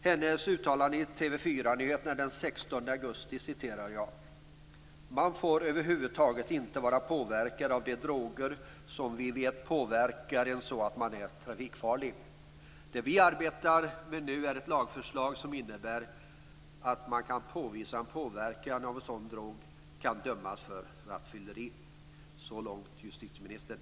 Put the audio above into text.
Hon uttalade i Nyheterna i TV 4 den 16 augusti att man över huvud taget inte får vara påverkad av de droger som vi vet påverkar en så att man är trafikfarlig. De arbetar med ett lagförslag som innebär att om det går att påvisa en sådan påverkan av en drog, skall personen dömas för rattfylleri. Så långt justitieministern.